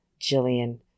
Jillian